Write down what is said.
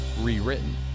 rewritten